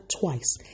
twice